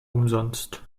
umsonst